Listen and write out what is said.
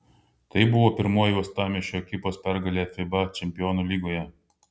tai buvo pirmoji uostamiesčio ekipos pergalė fiba čempionų lygoje